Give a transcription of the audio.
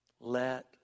Let